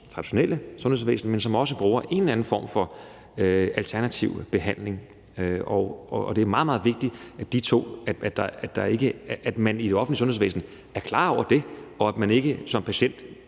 traditionelle sundhedsvæsen, men som også bruger en eller anden form for alternativ behandling. Og det er meget, meget vigtigt, at det offentlige sundhedsvæsen er klar over det, og at man ikke som patient